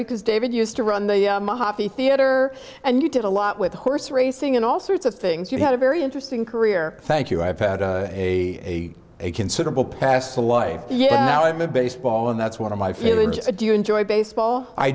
because david used to run the mojave theatre and you did a lot with horse racing and all sorts of things you had a very interesting career thank you i've had a considerable past the life yeah now i'm a baseball and that's one of my feelings do you enjoy baseball i